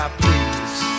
please